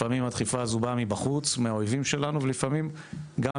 לפעמים הדחיפה הזו באה מצד אויבנו ולפעמים על